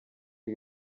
iyi